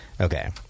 Okay